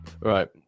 right